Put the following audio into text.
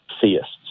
theists